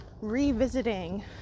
revisiting